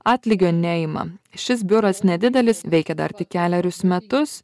atlygio neima šis biuras nedidelis veikia dar tik kelerius metus